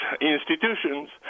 institutions